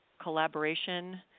collaboration